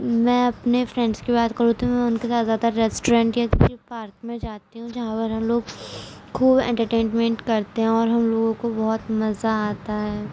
میں اپنے فرینڈس کی بات کروں تو میں ان کے ساتھ زیادہ تر ریسٹورینٹ یا کسی پارک میں جاتی ہوں جہاں پر ہم لوگ خوب انٹرٹینٹمنٹ کرتے ہیں اور ہم لوگوں کو بہت مزہ آتا ہے